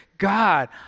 God